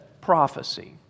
prophecy